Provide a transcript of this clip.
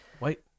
Wait